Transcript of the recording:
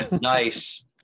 Nice